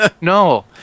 No